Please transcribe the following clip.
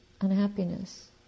unhappiness